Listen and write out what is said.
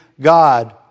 God